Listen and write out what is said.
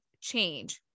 change